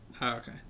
Okay